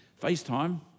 FaceTime